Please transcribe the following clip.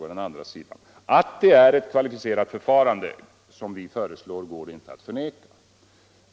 Det går inte att förneka att det är ett kvalificerat förfarande som vi föreslår.